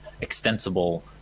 extensible